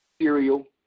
serial